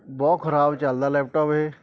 ਬਹੁਤ ਖਰਾਬ ਚੱਲਦਾ ਲੈਪਟੋਪ ਇਹ